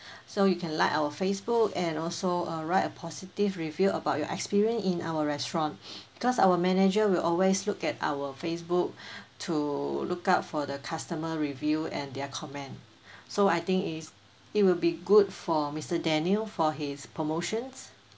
so you can like our Facebook and also uh write a positive review about your experience in our restaurant because our manager will always look at our Facebook to look out for the customer review and their comment so I think is it will be good for mister daniel for his promotions